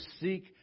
seek